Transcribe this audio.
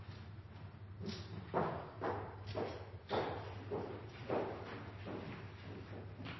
Takk